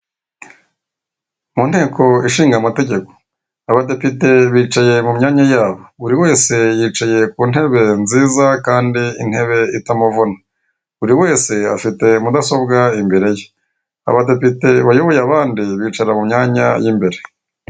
Mu nteko ishinga amategeko abadepite bicaye mu myanya yabo, buri wese yicaye ku ntebe nziza kandi intebe itamuvuna buri wese afite mudasobwa imbere ye, abadepite bayoboye abandi bicara mu myanya y'imbere.